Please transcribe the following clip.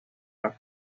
las